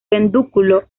pedúnculo